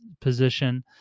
position